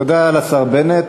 תודה לשר בנט.